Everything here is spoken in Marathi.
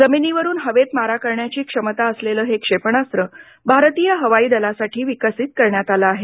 जमिनीवरून हवेत मारा करण्याची क्षमता असलेले हे क्षेपणास्त्र भारतीय हवाई दलासाठी विकसीत करण्यात आलं आहे